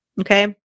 okay